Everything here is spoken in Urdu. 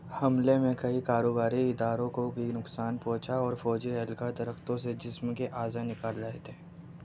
حملے میں کئی کاروباری اداروں کو بھی نقصان پہنچا اور فوجی اہلکار درختوں سے جسم کے اعضاء نکال رہے تھے